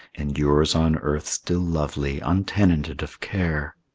endures on earth still lovely, untenanted of care.